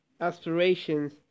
aspirations